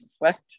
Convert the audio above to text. reflect